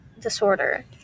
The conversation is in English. disorder